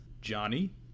Johnny